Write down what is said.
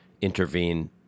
intervene